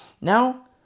Now